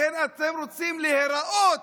לכן אתם רוצים להיראות